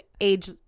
age